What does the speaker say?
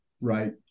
Right